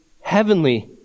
heavenly